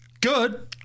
good